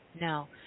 No